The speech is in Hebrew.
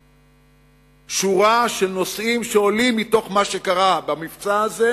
ולחקור שורה של נושאים שעולים מתוך מה שקרה במבצע הזה,